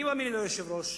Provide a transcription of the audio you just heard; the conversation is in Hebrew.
אני מאמין, אדוני היושב-ראש,